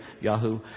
Yahoo